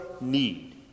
need